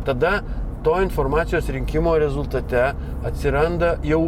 tada to informacijos rinkimo rezultate atsiranda jau